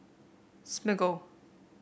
Smiggle